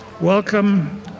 welcome